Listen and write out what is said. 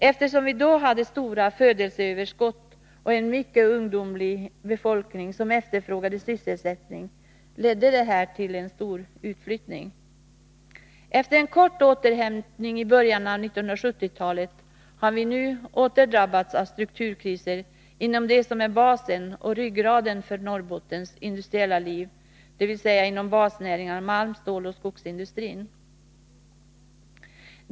Eftersom vi då hade stora födelseöverskott och en mycket ungdomlig befolkning som efterfrågade sysselsättning, ledde detta till en stor utflyttning. Efter en kort återhämtning i början av 1970-talet har vi nu åter drabbats av strukturkriser inom det som är basen och ryggraden för Norrbottens industriella liv, dvs. inom basnäringarna malm-, ståloch skogsindustrin.